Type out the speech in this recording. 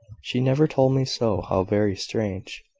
she never told me so. how very strange!